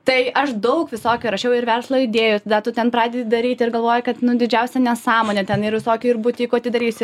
tai aš daug visokių rašiau ir verslo idėjų tada tu ten pradedi daryt ir galvoji kad didžiausia nesąmonė ten ir visokių ir butykų atidarysiu